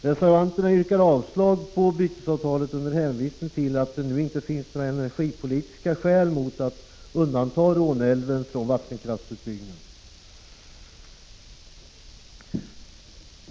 Reservanterna yrkar avslag på bytesavtalet under hänvisning till att det nu inte finns några energipolitiska skäl för att inte undanta Råneälven från vattenkraftsutbyggnad.